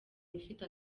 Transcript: ufite